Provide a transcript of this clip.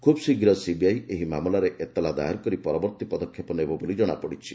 ଖୁବ୍ ଶୀଘ୍ର ସିବିଆଇ ଏହି ମାମଲାରେ ଏତଲା ଦାଏର କରି ପରବର୍ତ୍ତୀ ପଦକ୍ଷେପ ନେବ ବୋଲି ଜଣାପଡ଼ିଛି